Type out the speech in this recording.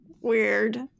weird